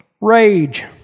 Rage